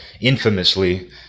infamously